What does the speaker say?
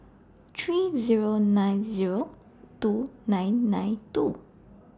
three Zero nine Zero two nine nine two